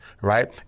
Right